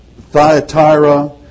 Thyatira